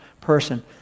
person